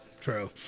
True